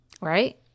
Right